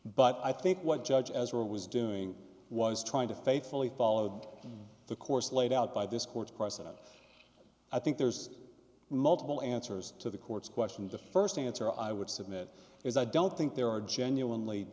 but i think what judge as well was doing was trying to faithfully followed the course laid out by this court's precedent i think there's multiple answers to the court's question the first answer i would submit is i don't think there are genuinely